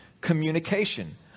communication